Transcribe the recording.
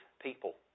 people